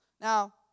Now